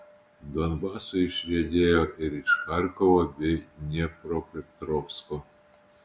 donbasui išriedėjo ir iš charkovo bei dniepropetrovsko